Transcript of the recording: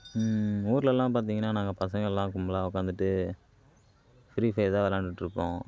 ஊருலெல்லாம் பார்த்திங்கன்னா நாங்கள் பசங்கள் எல்லாம் கும்பலாக உட்காந்துட்டு ஃப்ரி ஃபயர் தான் விளாண்டுட்டு இருப்போம்